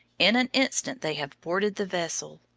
in an instant they have boarded the vessel.